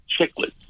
chicklets